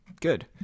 Good